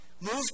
Move